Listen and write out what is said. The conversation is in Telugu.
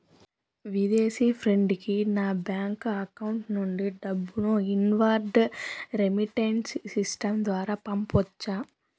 విదేశీ ఫ్రెండ్ కి నా బ్యాంకు అకౌంట్ నుండి డబ్బును ఇన్వార్డ్ రెమిట్టెన్స్ సిస్టం ద్వారా పంపొచ్చా?